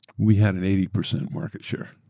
we had an eighty percent market share,